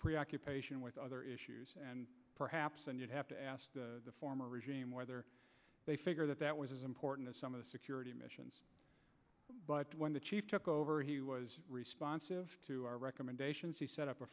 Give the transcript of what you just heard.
preoccupation with other issues perhaps and you'd have to ask the former regime whether they figure that that was as important as some of the security missions but when the chief took over he was responsive to our recommendations he set up a